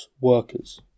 workers